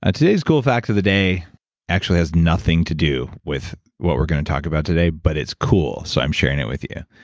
ah today's cool fact of the day actually has nothing to do with what we're going to talk about today, but it's cool, so i'm sharing it with you.